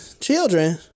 Children